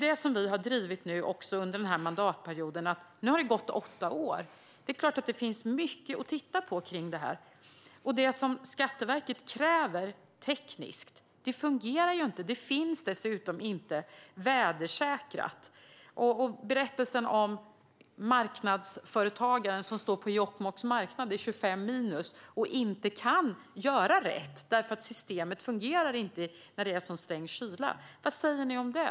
Det har vi också drivit under denna mandatperiod. Nu har det gått åtta år. Det är klart att det finns mycket att titta på kring detta. Det som Skatteverket kräver tekniskt fungerar inte. Det är dessutom inte vädersäkrat. Det finns en berättelse om marknadsföretagaren som står på Jokkmokks marknad i 25 minus och som inte kan göra rätt därför att systemet inte fungerar när det är sträng kyla. Vad säger ni om det?